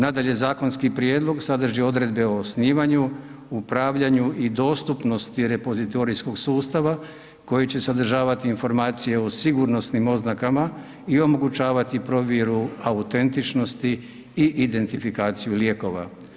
Nadalje, zakonski prijedlog sadrži odredbe o osnivanju, upravljanju i dostupnosti repozitorijskog sustava koji će sadržavati informacije o sigurnosnim oznakama i omogućavati provjeru autentičnosti i identifikaciju lijekova.